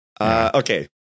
Okay